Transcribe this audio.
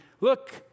look